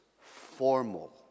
formal